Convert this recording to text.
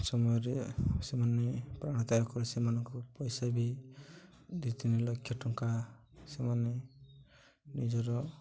ସମୟରେ ସେମାନେ ପ୍ରାଣତ୍ୟାଗ କଲେ ସେମାନଙ୍କୁ ପଇସା ବି ଦୁଇ ତିନି ଲକ୍ଷ ଟଙ୍କା ସେମାନେ ନିଜର